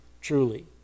truly